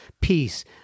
Peace